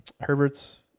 Herbert's